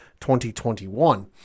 2021